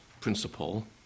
principle